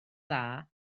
dda